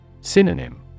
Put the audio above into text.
Synonym